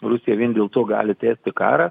rusija vien dėl to gali tęsti karą